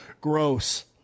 Gross